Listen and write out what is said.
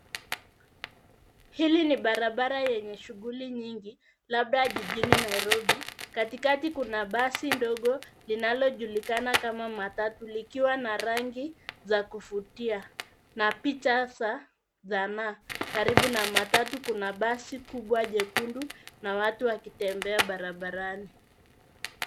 Hili ni barabara yenye shughuli nyingi labda jijini Nairobi. Katikati kuna basi ndogo linalojulikana kama matatu likiwa na rangi za kuvutia na picha za sanaa. Karibu na matatu kuna basi kubwa jekundu na watu wakitembea barabarani.